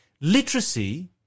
literacy